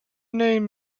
name